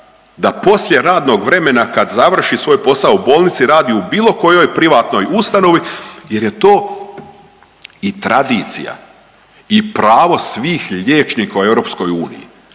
da poslije radnog vremena kad završi svoj posao u bolnici radi u bilo kojoj privatnoj ustanovi jer je to i tradicija i pravo svih liječnika u EU. Ali